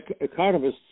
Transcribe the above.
Economists